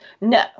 No